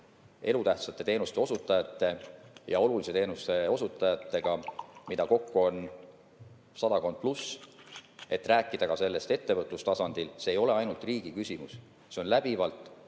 elutähtsate teenuste ja oluliste teenuste osutajatega, keda kokku on sadakond, et rääkida sellest ka ettevõtlustasandil. See ei ole ainult riigi küsimus, see on läbivalt kogu